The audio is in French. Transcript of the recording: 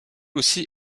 aussi